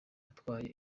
atarwaye